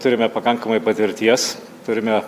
turime pakankamai patirties turime